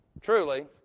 truly